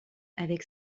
avec